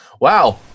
Wow